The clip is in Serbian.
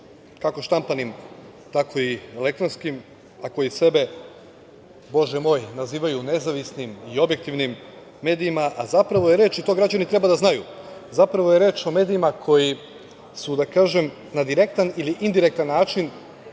kako štampanim tako i elektronskim, a koji sebe, bože moj, nazivaju nezavisnim i objektivnim medijima, a zapravo je reč, to građani treba da znaju, o medijima koji su na direktan ili indirektan način